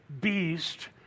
beast